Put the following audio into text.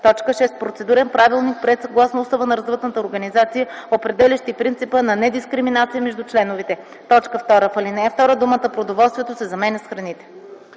6. процедурен правилник, приет съгласно устава на развъдната организация, определящ и принципа на недискриминация между членовете.” 2. В ал. 2 думата “продоволствието” се заменя с “храните”.”